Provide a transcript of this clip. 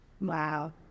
Wow